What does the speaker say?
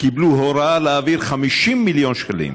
קיבלו הוראה להעביר 50 מיליון שקלים